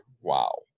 wow